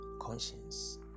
conscience